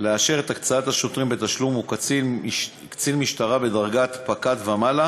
לאשר את הקצאת השוטרים בתשלום הוא קצין משטרה בדרגת פקד ומעלה